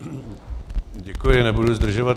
Děkuji, nebudu zdržovat.